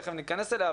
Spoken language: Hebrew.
תיכף ניכנס אליה,